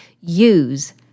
Use